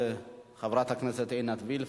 חברת הכנסת עינת וילף,